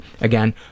Again